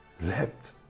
let